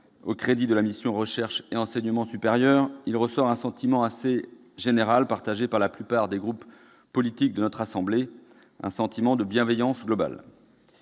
aux crédits de la mission « Recherche et enseignement supérieur », il ressort un sentiment assez général, partagé par la plupart des groupes politiques de notre assemblée, de bienveillance globale.